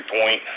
point